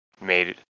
made